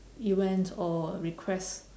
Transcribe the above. you went or request